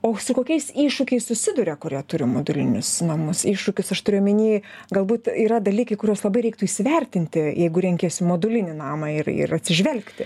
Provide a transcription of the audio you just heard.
o su kokiais iššūkiais susiduria kurie turi modulinius namus iššūkius aš turiu omeny galbūt yra dalykai kuriuos labai reiktų įsivertinti jeigu renkiesi modulinį namą ir ir atsižvelgti